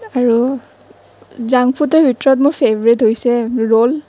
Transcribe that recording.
আৰু জাংক ফুডৰ ভিতৰত মোৰ ফেভৰেট হৈছে ৰ'ল